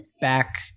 back